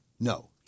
No